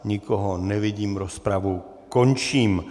Nikoho nevidím, rozpravu končím.